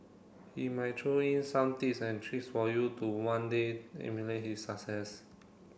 he might throw in some tips and tricks for you to one day emulate his success